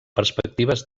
perspectives